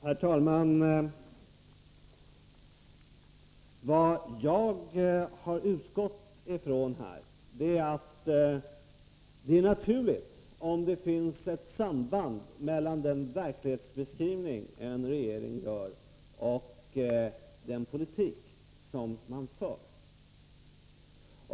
Herr talman! Vad jag här har utgått från är att det är naturligt att det finns ett samband mellan den verklighetsbeskrivning en regering gör och den politik som den för.